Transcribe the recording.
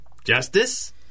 Justice